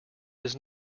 his